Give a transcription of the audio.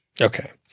Okay